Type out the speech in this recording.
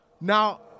Now